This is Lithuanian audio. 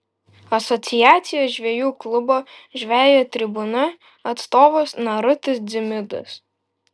asociacijos žvejų klubo žvejo tribūna atstovas narutis dzimidas